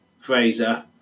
Fraser